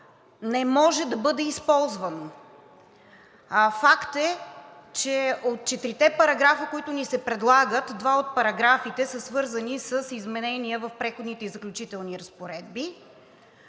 не може да бъде използвано. Факт е, че от четирите параграфа, които ни се предлагат, два от параграфите са свързани с изменения в Преходните и заключителните разпоредби